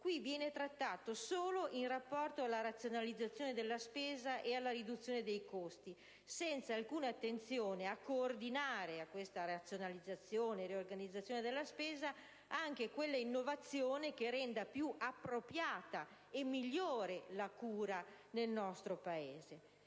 esso viene trattato solo in rapporto alla razionalizzazione della spesa e alla riduzione dei costi, senza alcuna attenzione a coordinare questa razionalizzazione e riorganizzazione della spesa con quella innovazione che renda più appropriata la spesa e migliore la cura nel nostro Paese.